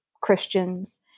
Christians